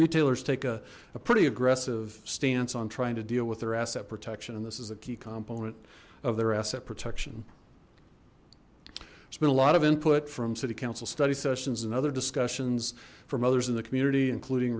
retailer's take a pretty aggressive stance on trying to deal with their asset protection and this is a key component of their asset protection it's been a lot of input from city council study sessions and other discussions from others in the community including